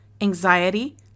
anxiety